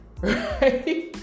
right